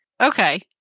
Okay